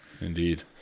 indeed